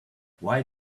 why